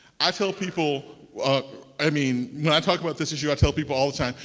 i tell people i mean, when i talk about this issue, i tell people all the time,